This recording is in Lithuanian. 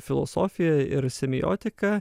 filosofiją ir semiotiką